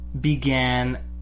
began